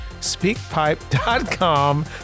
speakpipe.com